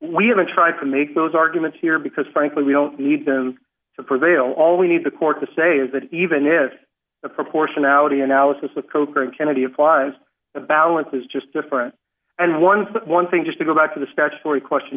tried to make those arguments here because frankly we don't need them to prevail all we need the court to say is that even if the proportionality analysis with coke and kennedy applies the balance is just different and once but one thing just to go back to the statutory question